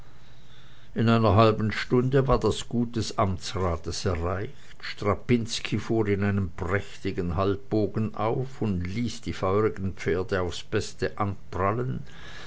in einer halben stunde war das gut des amtsrates erreicht strapinski fuhr in einem prächtigen halbbogen auf und ließ die feurigen pferde aufs beste anprallen